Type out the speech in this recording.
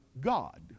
God